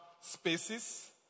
spaces